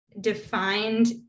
defined